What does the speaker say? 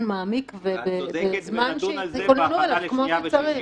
מעמיק וצריך לתת להם זמן שיתכוננו אליו כמו שצריך.